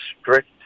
strict